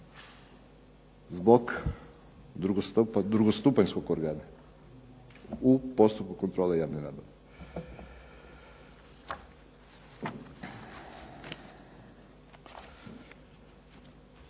zbog drugostupanjskog organa u postupku kontrole javne nabave.